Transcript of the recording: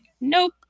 nope